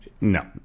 No